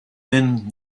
then